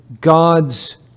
God's